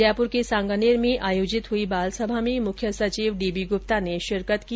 जयपुर के सांगानेर में आयोजित हुई बालसभा में मुख्य सचिव डीबी गुप्ता ने शिरकत की